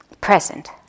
present